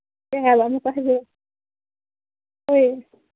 ꯀꯩ ꯍꯥꯏꯕ ꯑꯃꯨꯛꯀ ꯍꯥꯏꯕꯤꯔꯛꯑꯣ ꯍꯣꯏ